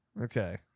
Okay